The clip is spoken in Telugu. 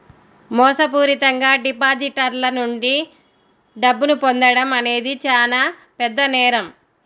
మోసపూరితంగా డిపాజిటర్ల నుండి డబ్బును పొందడం అనేది చానా పెద్ద నేరం